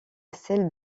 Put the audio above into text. celle